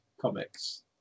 Comics